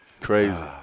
Crazy